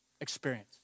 experience